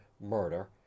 murder